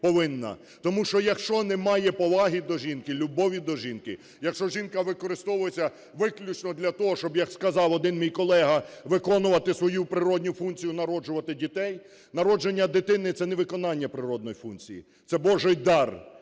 тому що якщо немає поваги до жінки, любові до жінки, якщо жінка використовується виключно для того, щоб, як сказав один мій колега, виконувати свою природню функцію – народжувати дітей, народження дитини – це не виконання природної функції, це Божий дар,